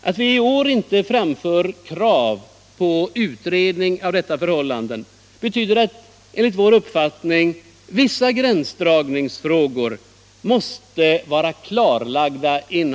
Att vi i år inte framfört krav på utredning av dessa förhållanden beror på att enligt vår uppfattning vissa gränsdragningsfrågor först måste vara klarlagda.